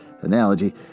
analogy